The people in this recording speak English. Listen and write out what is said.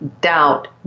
doubt